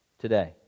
today